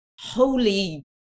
holy